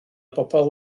bobl